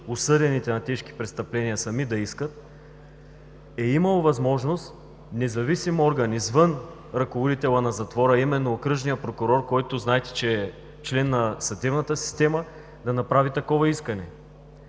осъдените на тежки престъпления сами да искат, е имало възможност независим орган, извън ръководителя на затвора, а именно окръжният прокурор, който, знаете, че е член на съдебната система, да направи такова искане.